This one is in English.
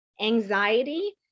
anxiety